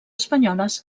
espanyoles